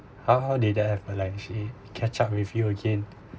how how did that have actually uh catch up with you again